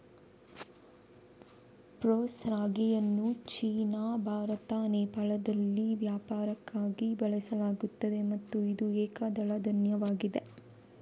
proso ರಾಗಿಯನ್ನು ಚೀನಾ, ಭಾರತ, ನೇಪಾಳದಲ್ಲಿ ವ್ಯಾಪಕವಾಗಿ ಬೆಳೆಸಲಾಗುತ್ತದೆ ಮತ್ತು ಇದು ಏಕದಳ ಧಾನ್ಯವಾಗಿದೆ